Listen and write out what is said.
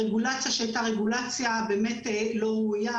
רגולציה שהייתה לא ראויה,